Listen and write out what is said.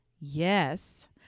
Yes